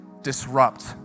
disrupt